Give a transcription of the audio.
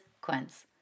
Quince